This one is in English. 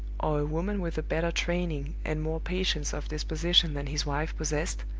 or a woman with a better training and more patience of disposition than his wife possessed,